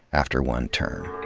after one term.